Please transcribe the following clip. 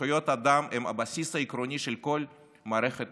זכויות אדם הן הבסיס העקרוני של כל מערכת